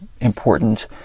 important